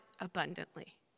abundantly